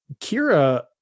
Kira